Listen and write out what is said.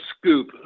scoop